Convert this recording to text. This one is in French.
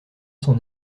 son